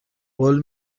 قول